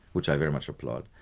which i very much applaud,